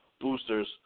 boosters